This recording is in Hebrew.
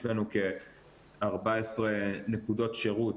יש לנו כ-14 נקודות שירות,